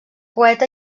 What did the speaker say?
poeta